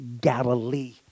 Galilee